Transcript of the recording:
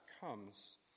comes